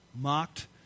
mocked